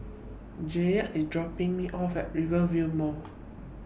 Jayde IS dropping Me off At Rivervale Mall